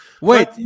Wait